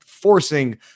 forcing